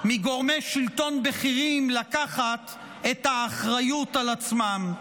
מגורמי שלטון בכירים לקחת את האחריות על עצמם.